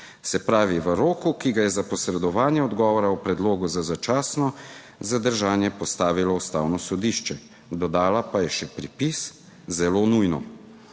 se pravi v roku, ki ga je za posredovanje odgovora o predlogu za začasno zadržanje postavilo Ustavno sodišče, dodala pa je še pripis "zelo nujno".